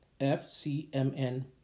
FCMN